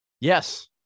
Yes